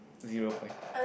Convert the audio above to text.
zero point